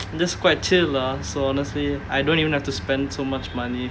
just quite chill lah so honestly I don't even have to spend so much money